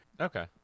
Okay